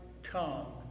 Tongue